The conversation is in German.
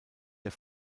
der